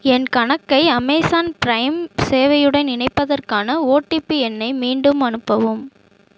என் கணக்கை Amazon Prime சேவையுடன் இணைப்பதற்கான ஓடிபி எண்ணை மீண்டும் அனுப்பவும்